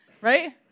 right